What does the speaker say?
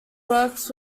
works